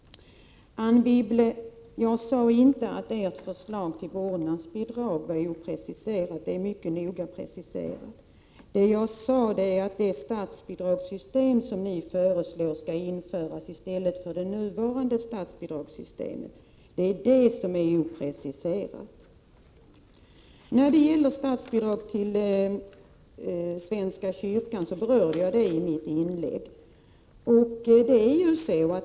Anne Wibble! Jag sade inte att ert förslag till vårdnadsbidrag var opreciserat. Det är mycket noga preciserat. Vad jag sade var att det statsbidragssystem som ni föreslår skall införas i stället för det nuvarande statsbidragssystemet är opreciserat. När det gäller statsbidrag till svenska kyrkan så berörde jag det i mitt huvudanförande.